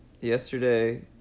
Yesterday